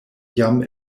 jam